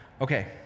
Okay